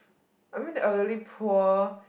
I mean the elderly poor